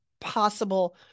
possible